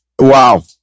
wow